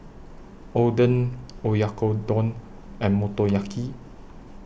Oden Oyakodon and Motoyaki